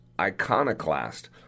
iconoclast